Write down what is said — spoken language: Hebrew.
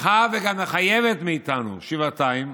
מצריכה וגם מחייבת מאיתנו שבעתיים